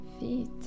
Feet